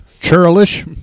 Churlish